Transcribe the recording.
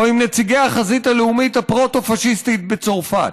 או עם נציגי החזית הלאומית הפרוטו-פאשיסטית בצרפת.